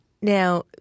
Now